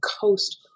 coast